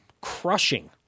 crushing